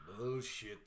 Bullshit